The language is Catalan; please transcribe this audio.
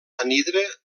anhidre